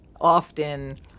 often